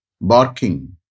barking